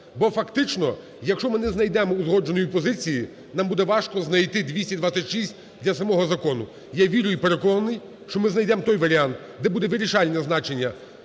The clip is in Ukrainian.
Бо фактично, якщо ми не знайдемо узгодженої позиції, нам буде важко знайти 226 для самого закону. Я вірю і переконаний, що ми знайдемо той варіант, де буде вирішальне значення